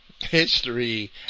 history